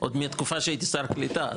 עוד מהתקופה שהייתי שר קליטה,